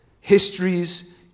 histories